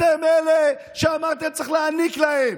אתם אלה שאמרתם שצריך להעניק להם.